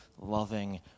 loving